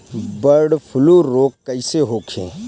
Bird flu रोग कईसे होखे?